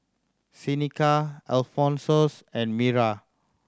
Seneca Alphonsus and Mira